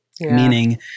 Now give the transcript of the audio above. meaning